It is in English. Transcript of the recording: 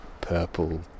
purple